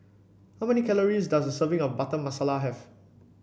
how many calories does serving of Butter Masala have